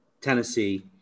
Tennessee